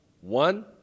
One